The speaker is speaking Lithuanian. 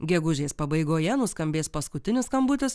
gegužės pabaigoje nuskambės paskutinis skambutis